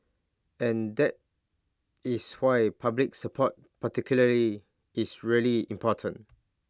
and that is why public support particularly is really important